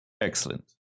Excellent